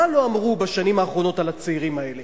מה לא אמרו בשנים האחרונות על הצעירים האלה?